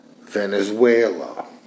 Venezuela